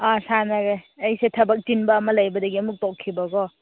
ꯑꯥ ꯁꯥꯟꯅꯔꯦ ꯑꯩꯁꯦ ꯊꯕꯛ ꯆꯤꯟꯕ ꯑꯃ ꯂꯩꯕꯗꯒꯤ ꯑꯃꯨꯛ ꯇꯣꯛꯈꯤꯕꯀꯣ